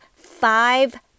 five